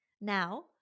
Now